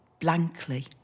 blankly